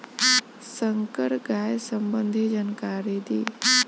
संकर गाय संबंधी जानकारी दी?